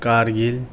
Kargil